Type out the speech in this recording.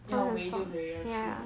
要回就回要去